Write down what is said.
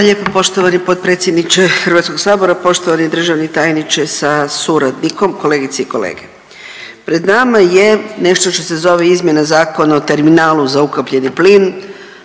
Hvala lijepo poštovani potpredsjedniče Hrvatskoga sabora, poštovani državni tajniče sa suradnikom, kolegice i kolege. Pred nama je nešto što se zove izmjena Zakona o terminalu za ukapljeni plin.